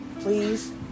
Please